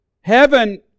Heaven